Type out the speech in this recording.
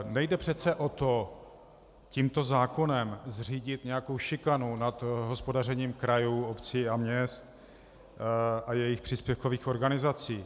Nejde přece o to, tímto zákonem zřídit nějakou šikanu nad hospodařením krajů, obcí a měst a jejich příspěvkových organizací.